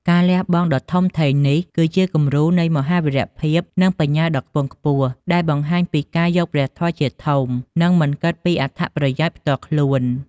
ការលះបង់ដ៏ធំធេងនេះ គឺជាគំរូនៃមហាវីរភាព និងបញ្ញាដ៏ខ្ពង់ខ្ពស់ ដែលបង្ហាញពីការយកព្រះធម៌ជាធំ និងមិនគិតពីអត្ថប្រយោជន៍ផ្ទាល់ខ្លួន។